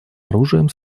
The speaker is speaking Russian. оружием